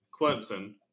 Clemson